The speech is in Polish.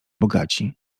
bogaci